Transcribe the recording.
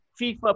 FIFA